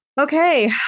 okay